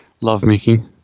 lovemaking